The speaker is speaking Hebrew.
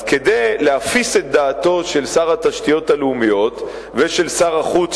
אז כדי להפיס את דעתו של שר התשתיות הלאומיות ושל שר החוץ,